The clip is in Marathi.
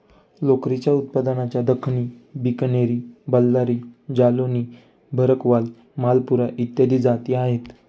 लोकरीच्या उत्पादनाच्या दख्खनी, बिकनेरी, बल्लारी, जालौनी, भरकवाल, मालपुरा इत्यादी जाती आहेत